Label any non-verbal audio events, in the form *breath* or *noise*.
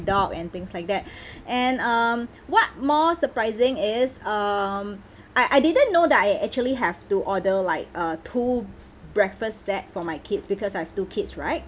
dog and things like that *breath* and um what more surprising is um I I didn't know that I actually have to order like a two breakfast set for my kids because I have two kids right